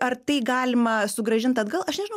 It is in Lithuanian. ar tai galima sugrąžint atgal aš nežinau